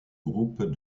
groupe